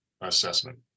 assessment